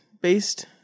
based